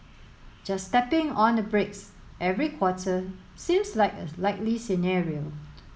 just tapping on the brakes every quarter seems like a likely scenario